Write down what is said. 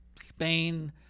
Spain